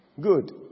Good